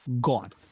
Gone